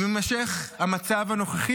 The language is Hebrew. אם יימשך המצב הנוכחי,